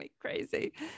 Crazy